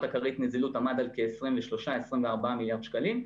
הכרית נזילות עמד על כ-24-23 מיליארד שקלים,